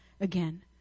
again